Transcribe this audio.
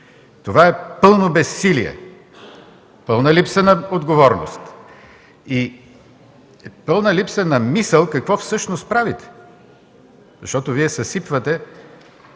Това е пълно безсилие, пълна липса на отговорност и пълна липса на мисъл какво всъщност правите, защото Вие съсипвате